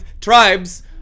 tribes